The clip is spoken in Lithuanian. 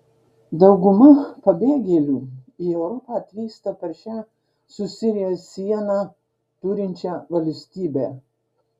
dauguma pabėgėlių į europą atvyksta per šią su sirija sieną turinčią valstybę